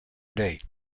date